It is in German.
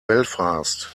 belfast